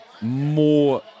more